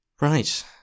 Right